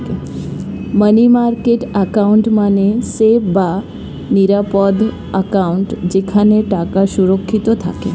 মানি market account মানে safe বা নিরাপদ অ্যাকাউন্ট যেখানে টাকা সুরক্ষিত থাকে